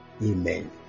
Amen